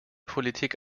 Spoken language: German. politik